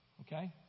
okay